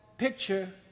picture